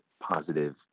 positive